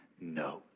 no